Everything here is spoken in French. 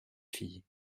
filles